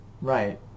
right